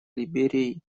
либерией